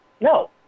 No